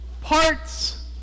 parts